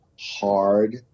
hard